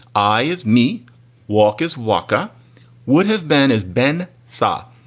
i is me warchus walker would have been as ben sarre.